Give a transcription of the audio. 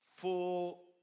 full